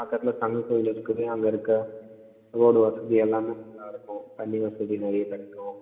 பக்கத்தில் தங்க கோயில் இருக்குமே அங்கே இருக்கற ரோடு வசதி எல்லாமே நல்லாயிருக்கும் தண்ணி வசதி நிறைய கிடைக்கும்